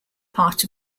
part